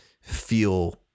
feel